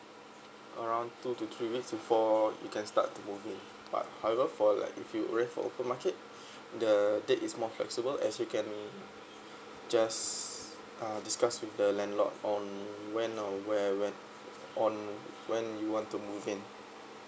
around two to three weeks before you can start to move in but however for like if you rent from open market the date is more flexible as you can just uh discuss with the landlord on when or where where on when you want to move in